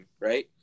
right